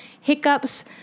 hiccups